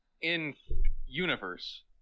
in-universe